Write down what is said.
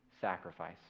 sacrifice